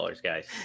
guys